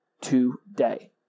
today